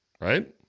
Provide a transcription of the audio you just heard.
Right